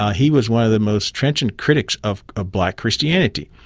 ah he was one of the most trenchant critics of ah black christianity,